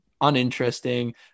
uninteresting